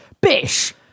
bish